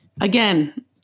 Again